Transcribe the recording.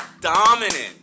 dominant